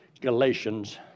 Galatians